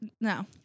No